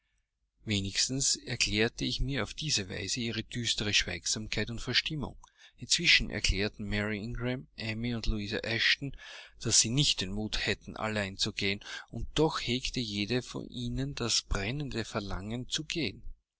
wenigstens erklärte ich mir auf diese weise ihre düstere schweigsamkeit und verstimmung inzwischen erklärten mary ingram amy und louisa eshton daß sie nicht den mut hätten allein zu gehen und doch hegte jede von ihnen das brennende verlangen zu gehen